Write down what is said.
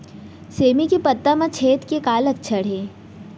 सेमी के पत्ता म छेद के का लक्षण हे?